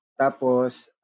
Tapos